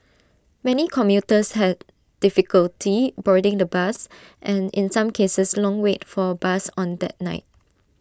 many commuters had difficulty boarding the bus and in some cases long wait for A bus on that night